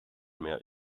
mehr